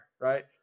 Right